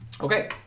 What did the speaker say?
Okay